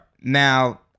Now